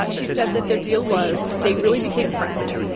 but she said that their deal was they really became friends,